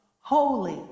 Holy